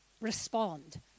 respond